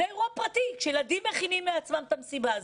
זה אירוע פרטי כאשר ילדים מכינים לעצמם את המסיבה הזאת.